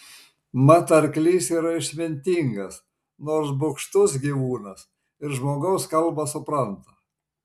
mat arklys yra išmintingas nors bugštus gyvūnas ir žmogaus kalbą supranta